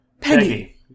Peggy